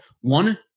One